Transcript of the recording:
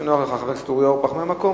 מהמקום.